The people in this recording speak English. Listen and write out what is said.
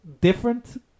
different